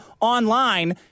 online